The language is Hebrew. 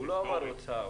הוא לא אמר הוצאה.